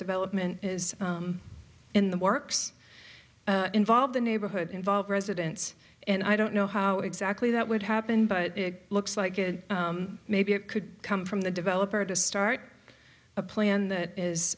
development is in the works involve the neighborhood involved residents and i don't know how exactly that would happen but it looks like it maybe it could come from the developer to start a plan that is